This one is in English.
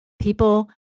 people